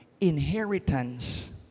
Inheritance